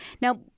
Now